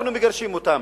אנחנו מגרשים אותם